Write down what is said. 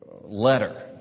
letter